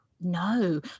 No